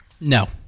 No